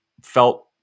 felt